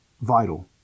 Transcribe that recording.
vital